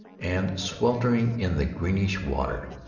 and sweltering in the greenish water,